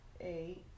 eight